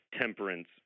temperance